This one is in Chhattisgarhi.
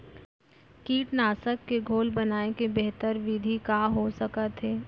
कीटनाशक के घोल बनाए के बेहतर विधि का हो सकत हे?